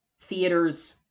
theater's